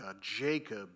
Jacob